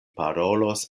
parolos